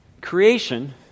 Creation